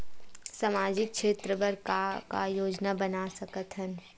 सामाजिक क्षेत्र बर का का योजना बना सकत हन?